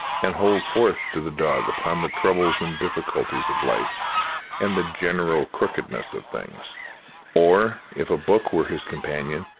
and hold forth to the dog upon the troubles and difficulties of life and the general crookedness of things or, if a book were his companion,